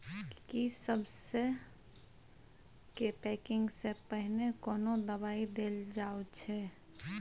की सबसे के पैकिंग स पहिने कोनो दबाई देल जाव की?